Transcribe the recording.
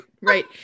Right